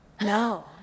no